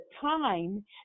time